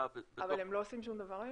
אבל הם לא עושים שום דבר היום?